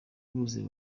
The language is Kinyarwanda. buze